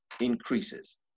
increases